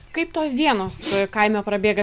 kaip tos dienos kaime prabėga